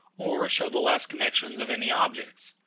or show the last connections of any objects.